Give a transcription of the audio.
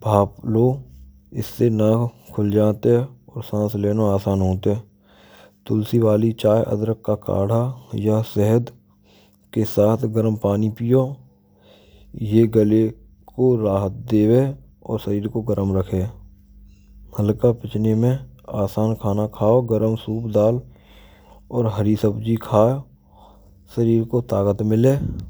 Bhaap lo, Isee never khul jat hay Aur saans lena aasaan hoto hain. Tulasee vaale chaay ka kaadha ya shahad ke saath garm paanee piyo. Yah gale ko raahat deven. Aur shareer ko garm rakhen. Halka pachne mein aasan khaana khao. Garam soop daal aur haree sabjee kha shareer ko taakat mile.